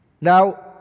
Now